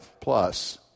plus